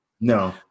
no